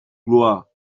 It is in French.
gloire